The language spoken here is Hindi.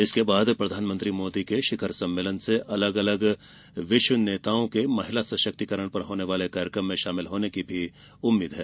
इसके बाद प्रधानमंत्री मोदी की शिखर सम्मोलन से अलग विश्व नेताओं के महिला सशक्तिकरण पर होने वाले कार्यक्रम में शामिल होने की उम्मीद है